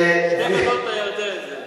הסער", כמו שאומרים בלשון בית"רית, זה הפלמ"ח.